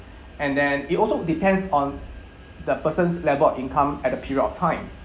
and then it also depends on the person's level of income at the period of time